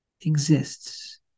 exists